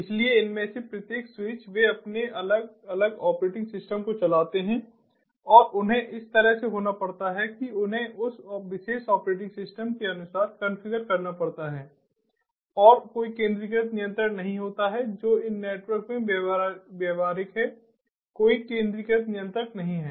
इसलिए इनमें से प्रत्येक स्विच वे अपने अलग ऑपरेटिंग सिस्टम को चलाते हैं और उन्हें इस तरह से होना पड़ता है कि उन्हें उस विशेष ऑपरेटिंग सिस्टम के अनुसार कॉन्फ़िगर करना पड़ता है और कोई केंद्रीकृत नियंत्रण नहीं होता है जो इन नेटवर्क में व्यावहारिक है कोई केंद्रीयकृत नियंत्रक नहीं है